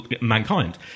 mankind